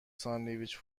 ساندویچ